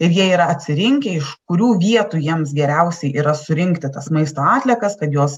ir jie yra atsirinkę iš kurių vietų jiems geriausiai yra surinkti tas maisto atliekas kad jos